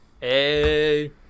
Hey